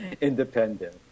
Independent